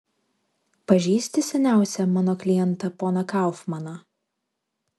pažįsti seniausią mano klientą poną kaufmaną